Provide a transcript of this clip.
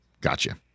Gotcha